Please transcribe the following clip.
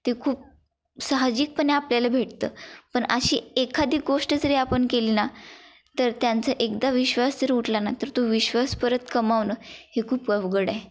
ते खूप सहाजिकपणे आपल्याला भेटतं पण अशी एखादी गोष्ट जरी आपण केली ना तर त्यांचं एकदा विश्वास जर उठला ना तर तो विश्वास परत कमावणं हे खूप अवघड आहे